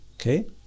Okay